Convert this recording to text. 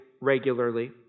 regularly